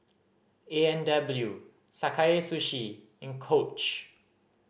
A and W Sakae Sushi and Coach